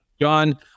John